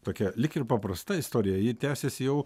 tokia lyg ir paprasta istorija ji tęsiasi jau